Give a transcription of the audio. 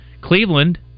Cleveland